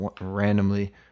randomly